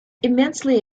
immensely